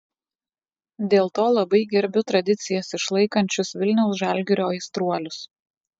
dėl to labai gerbiu tradicijas išlaikančius vilniaus žalgirio aistruolius